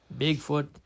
Bigfoot